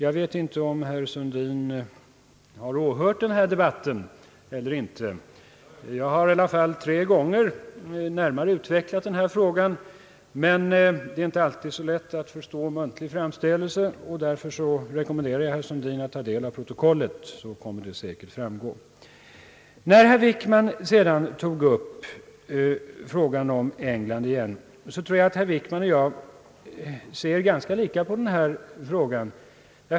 Jag vet inte om herr Sundin har åhört den här debatten eller inte, men jag har i alla fall tre gånger närmare utvecklat frågan. Det är inte alltid så lätt att förstå en muntlig framställning, och därför rekommenderar jag herr Sundin att ta del av protokollet, så kommer det säkert att framgå vad jag har sagt. Herr Wickman tog upp frågan om England igen. Jag tror att herr Wickman och jag ser ganska lika på den här frågan.